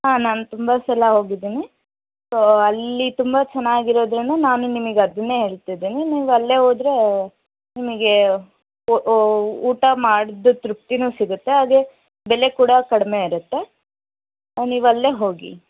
ಹಾಂ ನಾನು ತುಂಬ ಸಲ ಹೋಗಿದ್ದೀನಿ ಸೊ ಅಲ್ಲಿ ತುಂಬ ಚೆನ್ನಾಗಿರೋದೇನು ನಾನು ನಿಮಗೆ ಅದನ್ನೇ ಹೇಳ್ತಿದ್ದೀನಿ ನೀವು ಅಲ್ಲೇ ಹೋದರೆ ನಿಮಗೆ ಊಟ ಮಾಡಿದ ತೃಪ್ತಿಯೂ ಸಿಗುತ್ತೆ ಹಾಗೇ ಬೆಲೆ ಕೂಡ ಕಡಿಮೆ ಇರುತ್ತೆ ನೀವು ಅಲ್ಲೇ ಹೋಗಿ